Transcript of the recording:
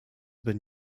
been